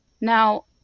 Now